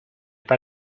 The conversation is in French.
pas